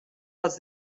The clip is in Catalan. els